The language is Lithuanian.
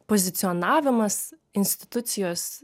pozicionavimas institucijos